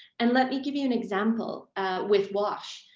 and let me give you an example with wash.